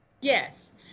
yes